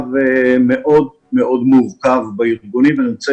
מצב מאוד מורכב בארגונים ואני רוצה